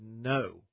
no